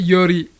Yuri